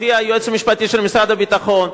הופיע היועץ המשפטי של משרד הביטחון,